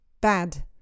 Bad